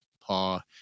paw